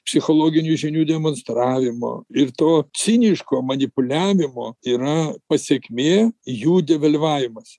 psichologinių žinių demonstravimo ir to ciniško manipuliavimo yra pasekmė jų devalvavimas